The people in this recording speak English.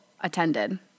attended